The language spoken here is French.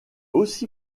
aussi